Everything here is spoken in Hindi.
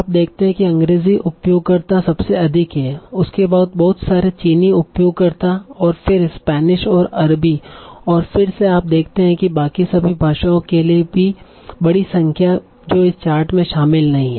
आप देखते हैं कि अंग्रेजी उपयोगकर्ता सबसे अधिक हैं उसके बाद बहुत सारे चीनी उपयोगकर्ता और फिर स्पेनिश और अरबी और फिर से आप देखते हैं बाकी सभी भाषाओं के लिए बड़ी संख्या जो इस चार्ट में शामिल नहीं हैं